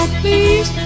please